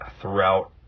throughout